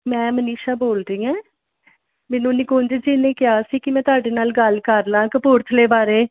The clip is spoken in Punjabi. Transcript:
ਮੈਂ ਮਨੀਸ਼ਾ ਬੋਲ ਰਹੀ ਹੈਂ ਮੈਨੂੰ ਨਿਕੁੰਜ ਜੀ ਨੇ ਕਿਹਾ ਸੀ ਕਿ ਮੈਂ ਤੁਹਾਡੇ ਨਾਲ ਗੱਲ ਕਰ ਲਵਾਂ ਕਪੂਰਥਲੇ ਬਾਰੇ